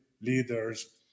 leaders